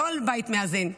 לא על בית מאזן,